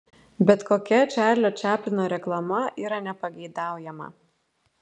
bet kokia čarlio čaplino reklama yra nepageidaujama